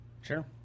Sure